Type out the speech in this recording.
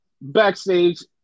backstage